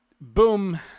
boom